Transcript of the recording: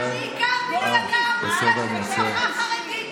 אתה עוד מעיר לי.